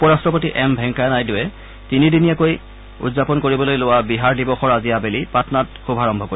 উপ ৰাষ্ট্ৰপতি এম ভেংকায়া নাইডুৱে তিনিদিনীয়াকৈ উদ্যাপন কৰিবলৈ লোৱা বিহাৰ দিৱসৰ আজি আবেলি পাটনাত শুভাৰম্ভ কৰিব